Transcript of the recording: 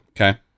Okay